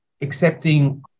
accepting